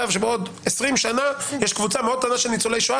שבעוד 20 שנה תישאר קבוצה מאוד קטנה של ניצולי שואה,